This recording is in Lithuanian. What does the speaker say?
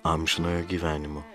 amžinojo gyvenimo